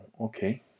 okay